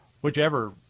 whichever